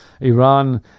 Iran